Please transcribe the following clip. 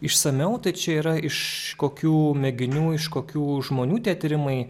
išsamiau tai čia yra iš kokių mėginių iš kokių žmonių tie tyrimai